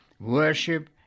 worship